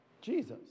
Jesus